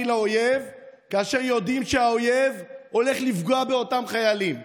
לאויב כאשר יודעים שהאויב הולך לפגוע באותם חיילים?